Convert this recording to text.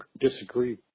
disagree